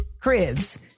cribs